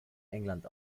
england